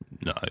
No